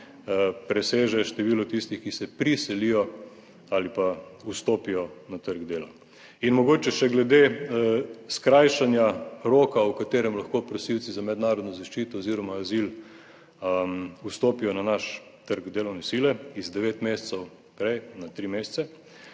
preseže število tistih, ki se priselijo ali pa vstopijo na trg dela. In mogoče še glede skrajšanja roka v katerem lahko prosilci za mednarodno zaščito oziroma azil vstopijo na naš trg delovne sile, iz 9 mesecev prej na 3 mesece.